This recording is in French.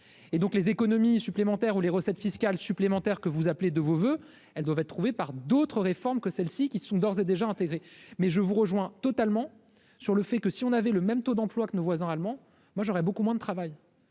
et donc les économies supplémentaires ou les recettes fiscales supplémentaires que vous appelez de vos voeux, elles doivent être trouvées par d'autres réformes que celle-ci, qui sont d'ores et déjà intégré mais je vous rejoins totalement sur le fait que si on avait le même taux d'emploi que nos voisins allemands, moi j'aurais beaucoup moins de travail